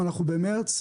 אנחנו כבר במרץ,